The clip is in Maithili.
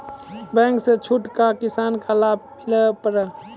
बैंक से छूट का किसान का लाभ मिला पर?